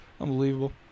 Unbelievable